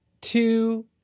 two